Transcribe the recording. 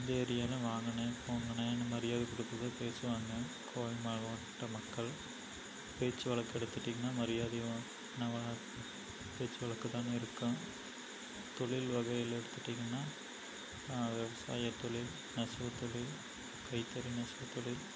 இந்த ஏரியாவில வாங்கண்ணே போங்கண்ணேன்னு மரியாதை கொடுத்து தான் பேசுவாங்க கோவை மாவட்ட மக்கள் பேச்சு வழக்கு எடுத்துகிட்டிங்னா மரியாதையும் பேச்சு வழக்கு தானே இருக்கும் தொழில் வகையில் எடுத்துகிட்டிங்னா விவசாயத் தொழில் நெசவுத் தொழில் கைத்தறி நெசவுத் தொழில்